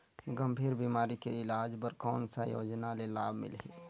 गंभीर बीमारी के इलाज बर कौन सा योजना ले लाभ मिलही?